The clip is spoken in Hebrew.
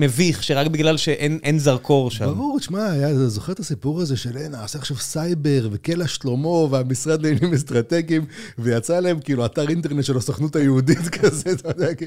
מביך, שרק בגלל שאין זרקור שם. ברור, תשמע, זוכר את הסיפור הזה של נעשה עכשיו סייבר וקלע שלמה, והמשרד לעניינים אסטרטגים, ויצא להם כאילו אתר אינטרנט של הסוכנות היהודית כזה, אתה יודע, כי...